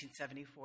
1974